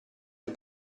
del